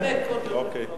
להסתפק, אין בעיה.